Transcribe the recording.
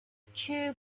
tube